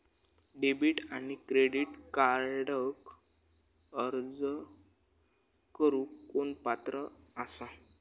Debit आणि credit कार्डक अर्ज करुक कोण पात्र आसा?